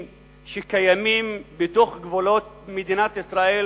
שקיימים בתוך גבולות מדינת ישראל,